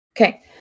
Okay